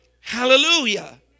hallelujah